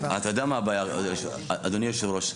אדוני היושב-ראש,